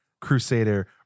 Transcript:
Crusader